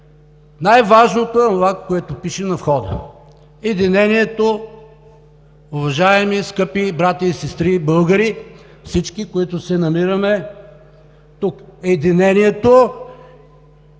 най-важното е онова, което пише на входа – единението, уважаеми скъпи братя и сестри, българи, всички, които се намираме тук – единението,